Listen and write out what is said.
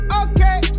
okay